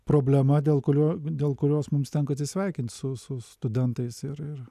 problema dėl kurio dėl kurios mums tenka atsisveikint su su studentais ir ir